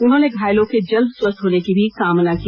उन्होंने घायलों के जल्द स्वस्थ होने की भी कामना की